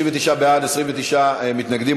39 בעד, 29 מתנגדים.